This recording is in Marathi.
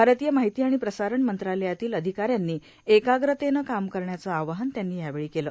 भारतीय माहिती आणि प्रसारण मंत्रालयातील अधिकाऱ्यांनी एकाग्रतेनं काम करण्याचं आवाहन त्यांनी यावेळी केलं